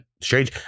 strange